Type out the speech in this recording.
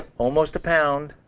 almost a pound,